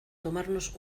tomarnos